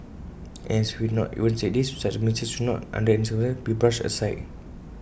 and as if we even need to say this such A mistake should not under any circumstances be brushed aside